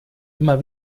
immer